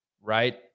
right